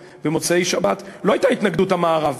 במוצאי-שבת לא הייתה התנגדות המערב,